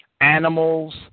animals